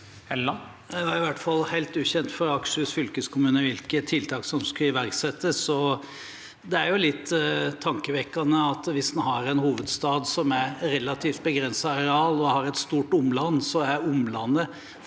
fall helt ukjent for Akershus fylkeskommune hvilke tiltak som skulle iverksettes. Det er litt tankevekkende at hvis en har en hovedstad som er relativt begrenset i areal og har et stort omland, er det omlandet